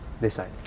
decide